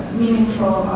meaningful